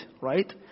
right